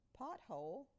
pothole